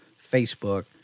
Facebook